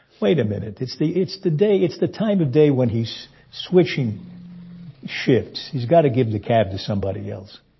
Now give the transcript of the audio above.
wait a minute. it's the it's the day it's the time of day when he's switching shifts. he's got to give the cab to somebody else.